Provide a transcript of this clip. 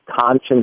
conscience